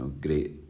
great